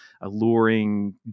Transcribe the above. alluring